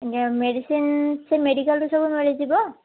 ଆଜ୍ଞା ମେଡ଼ିସିନ୍ ସେ ମେଡ଼ିକାଲରୁ ସବୁ ମିଳିଯିବ